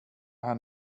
han